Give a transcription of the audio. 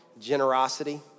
generosity